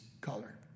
color